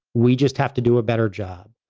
we just have to do a better job,